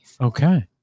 Okay